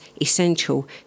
essential